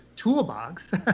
toolbox